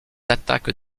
attaques